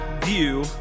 view